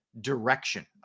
Direction